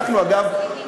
אגב,